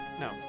No